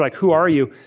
like who are you?